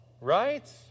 right